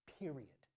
period